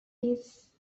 this